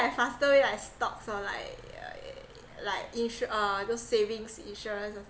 like faster way like stocks or like uh like insu~ uh those savings insurance